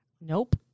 Nope